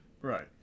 Right